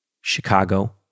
Chicago